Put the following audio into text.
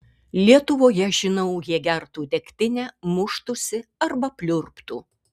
lietuvoje žinau jie gertų degtinę muštųsi arba pliurptų